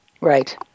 right